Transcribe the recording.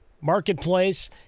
Marketplace